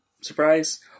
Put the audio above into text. surprise